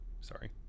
Sorry